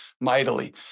mightily